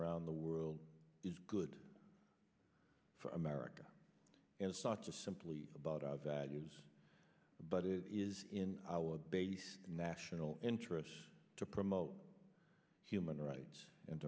around the world is good for america and it's not just simply about out that use but it is in our base national interests to promote human rights and